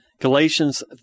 Galatians